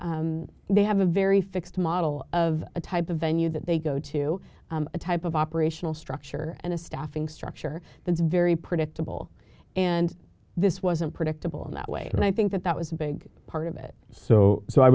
they have a very fixed model of the type of venue that they go to a type of operational structure and a staffing structure that's very predictable and this wasn't predictable in that way and i think that that was a big part of it so so i